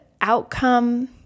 outcome